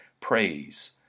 Praise